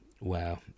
Wow